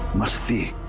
masti